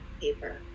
paper